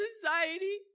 society